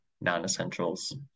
non-essentials